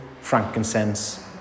frankincense